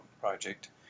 project